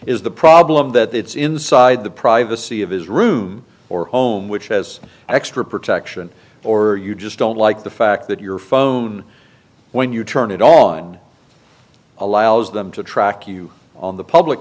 the problem that it's inside the privacy of his room or home which has extra protection or you just don't like the fact that your phone when you turn it on allows them to track you on the public